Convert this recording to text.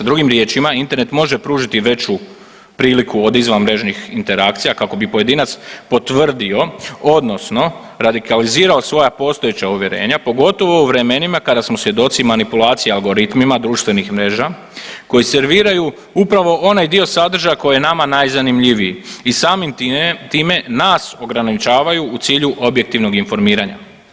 Drugim riječima, Internet može pružiti veću priliku od izvanmrežnih interakcija kako bi pojedinac potvrdio odnosno radikalizirao svoja postojeća uvjerenja pogotovo u vremenima kada smo svjedoci manipulacija algoritmima društvenih mreža koji serviraju upravo onaj dio sadržaja koji je nama najzanimljiviji i samim time nas ograničavaju u cilju objektivnog informiranja.